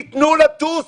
תנו לטוס.